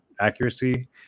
accuracy